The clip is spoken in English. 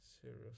Serious